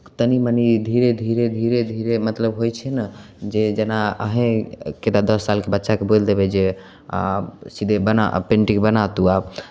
तनि मनि धीरे धीरे धीरे धीरे मतलब होइ छै ने जे जेना अहीँ कि तऽ दस सालके बच्चाके बोलि देबै जे आब सीधे बना आब पेन्टिंग बना तोँ आब